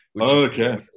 Okay